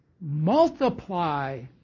multiply